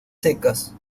secas